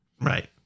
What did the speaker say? Right